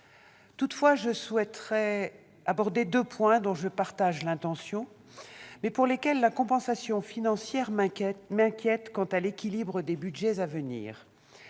Toutefois, je souhaiterais aborder deux mesures dont je partage l'objectif, mais dont la compensation financière m'inquiète quant à l'équilibre des budgets à venir.